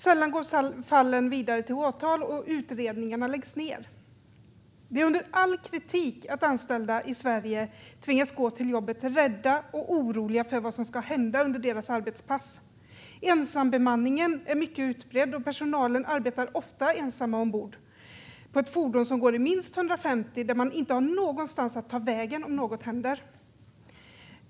Sällan går fallen vidare till åtal. Utredningarna läggs ned. Det är under all kritik att anställda i Sverige tvingas gå till jobbet rädda och oroliga för vad som ska hända under deras arbetspass. Ensambemanningen är mycket utbredd. De anställda arbetar ofta ensamma ombord på ett fordon som går i minst 150 och där man inte har någonstans att ta vägen om något händer.